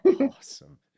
Awesome